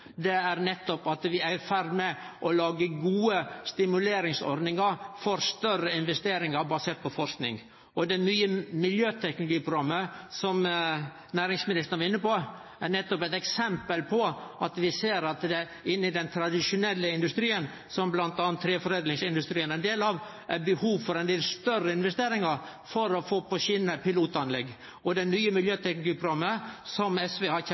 at vi er i ferd med å lage gode stimuleringsordningar for større investeringar basert på forsking. Det nye miljøteknologiprogrammet som næringsministeren var inne på, er nettopp eit eksempel på at vi i den tradisjonelle industrien, som m.a. treforedlingsindustrien er ein del av, ser eit behov for ein del større investeringar for å få pilotanlegg på skjener. Det nye miljøteknologiprogrammet, som SV har